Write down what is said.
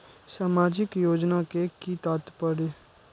सामाजिक योजना के कि तात्पर्य?